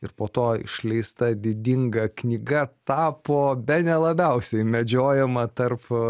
ir po to išleista didinga knyga tapo bene labiausiai medžiojama tarp